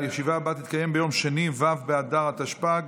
הישיבה הבאה תתקיים ביום שני ו' באדר התשפ"ג,